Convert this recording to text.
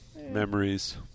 Memories